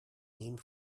named